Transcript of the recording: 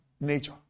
nature